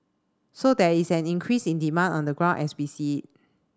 so there is an increase in demand on the ground as we see it